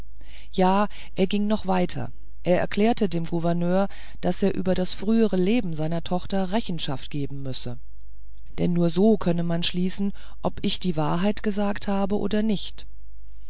ja er ging noch weiter er erklärte dem gouverneur daß er über das frühere leben seiner tochter rechenschaft geben müsse denn nur so könne man schließen ob ich die wahrheit gesagt habe oder nicht